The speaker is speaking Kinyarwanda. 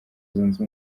zunze